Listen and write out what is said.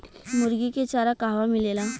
मुर्गी के चारा कहवा मिलेला?